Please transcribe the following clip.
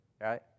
right